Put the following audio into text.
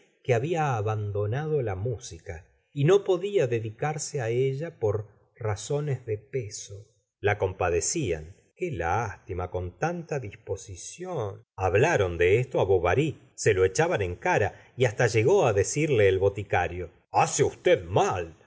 que había abandonado la música y no podía dedicarse á ella por razones de peso la compadecian qué lástima con tanta disposición hablaron de esto á bovary se lo e chaban en cara y hasta llegó á decirle el boticario hace usted mal